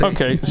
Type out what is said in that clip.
Okay